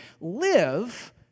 Live